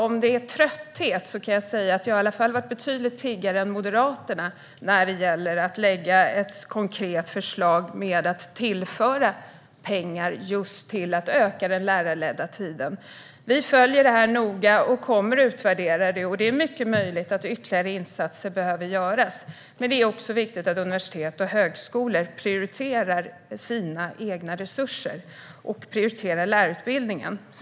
Om det talas om trötthet kan jag säga: Jag har i alla fall varit betydligt piggare än Moderaterna när det gäller att lägga fram ett konkret förslag om att tillföra pengar just för att öka den lärarledda tiden. Vi följer detta noga och kommer att utvärdera det. Det är mycket möjligt att ytterligare insatser behöver göras. Men det är också viktigt att universitet och högskolor prioriterar sina egna resurser och prioriterar lärarutbildningen.